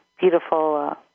beautiful